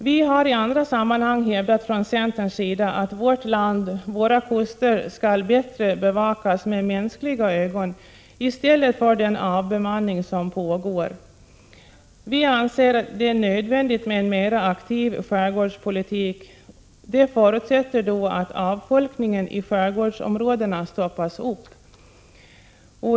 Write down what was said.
Vi har i andra sammanhang från centerns sida hävdat att vårt land, våra kuster skall bättre bevakas med mänskliga ögon. Nu pågår i stället en avbemanning. Vi anser det nödvändigt med en mera aktiv skärgårdspolitik. Det förutsätter att avfolkningen i skärgårdsområdena stoppas.